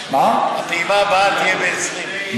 הפעימה הבאה תהיה ב-2020.